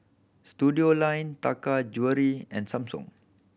Studioline Taka Jewelry and Samsung